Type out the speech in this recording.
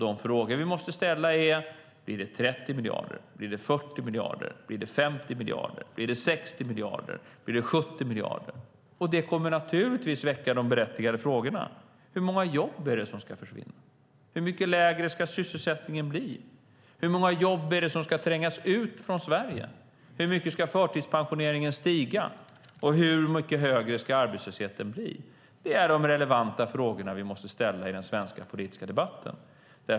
De frågor vi måste ställa är: Blir det 30 miljarder, blir det 40 miljarder, blir det 50 miljarder, blir det 60 miljarder eller blir det 70 miljarder? Det kommer naturligtvis att väcka berättigade frågor: Hur många jobb ska försvinna? Hur mycket lägre ska sysselsättningen bli? Hur många jobb ska trängas ut från Sverige? Hur mycket ska förtidspensioneringen stiga? Hur mycket högre ska arbetslösheten bli? Det är de relevanta frågor vi måste ställa i den svenska politiska debatten.